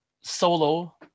solo